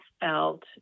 felt